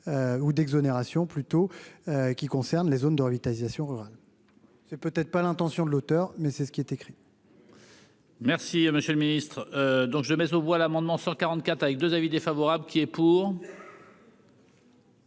ou d'exonération plutôt qui concerne les zones de revitalisation rurale c'est peut être pas l'intention de l'auteur, mais c'est ce qui est écrit. Merci, Monsieur le Ministre, donc je mets aux voix l'amendement 144 avec 2 avis défavorable qui est pour.